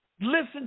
Listen